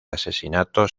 asesinatos